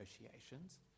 negotiations